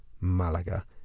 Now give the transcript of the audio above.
Malaga